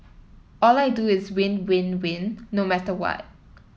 all I do is win win win no matter what